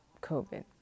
COVID